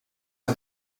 aan